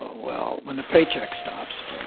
well, when the paycheck stops,